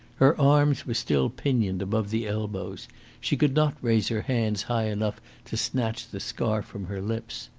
her arms were still pinioned above the elbows she could not raise her hands high enough to snatch the scarf from her lips.